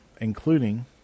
including